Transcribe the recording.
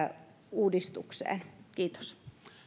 uudistukseen kiitos